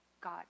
God